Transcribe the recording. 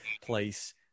place